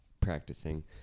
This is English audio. practicing